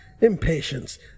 impatience